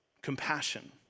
compassion